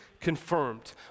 Confirmed